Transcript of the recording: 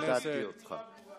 ציטטתי אותך.